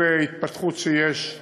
כל התפתחות שיש,